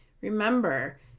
Remember